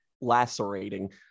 lacerating